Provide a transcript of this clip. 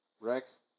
Rex